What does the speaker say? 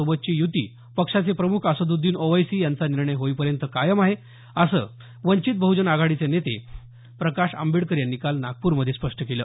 सोबतची युती पक्षाचे प्रमुख असद्द्दीन ओवैसी यांचा निर्णय येईपर्यंत कायम आहे असं वंचित बहजन आघाडीचे नेते प्रकाश आंबेडकर यांनी काल नागपूरमध्ये स्पष्ट केलं